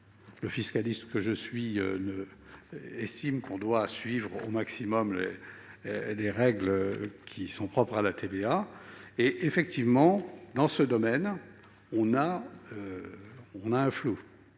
Le fiscaliste que je suis estime que l'on doit suivre au maximum les règles qui sont propres à la TVA. Effectivement, dans ce domaine, il y a un flou.